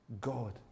God